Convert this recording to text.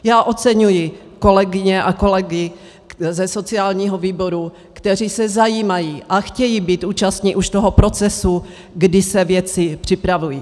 Já oceňuji kolegyně a kolegy ze sociálního výboru, kteří se zajímají a chtějí být účastni už toho procesu, kdy se věci připravují.